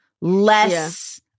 less